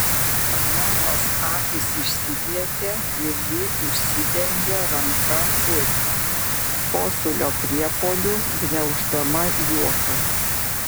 elenos akys išsiplėtė ir ji užsidengė ranka burną kosulio priepuoliu gniauždama juoką